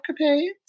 Capades